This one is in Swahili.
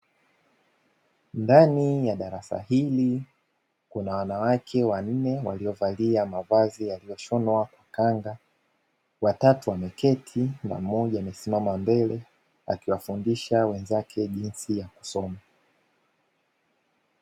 Ndani ya darasa hili kuna wanawake wanne waliovaa mavazi yaliyoshonwa kwa kanga. Watatu wameketi na mmoja amesimama mbele akiwafundisha wenzake jinsi ya kusoma.